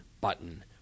button